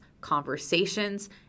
conversations